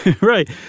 Right